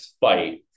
fight